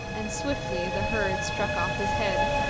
and swiftly the herd struck off his head.